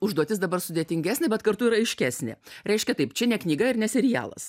užduotis dabar sudėtingesnė bet kartu ir aiškesnė reiškia taip čia ne knyga ir ne serialas